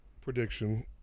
prediction